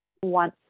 one